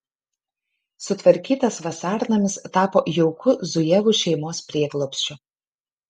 sutvarkytas vasarnamis tapo jaukiu zujevų šeimos prieglobsčiu